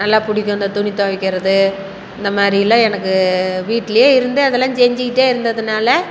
நல்லா பிடிக்கும் இந்த துணி துவைக்கிறது இந்த மாதிரில்லாம் எனக்கு வீட்டில் இருந்து அதலாம் செஞ்சிகிட்டே இருந்ததுனால்